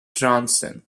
johnson